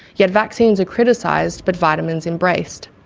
yet vaccines are criticised but vitamins embraced.